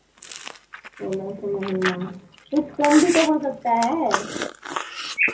सोलह सौ महीना कुछ कम भी तो हो सकता है